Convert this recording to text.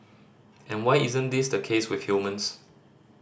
and why isn't this the case with humans